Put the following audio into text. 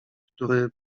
który